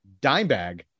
Dimebag